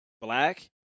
black